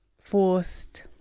forced